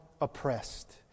oppressed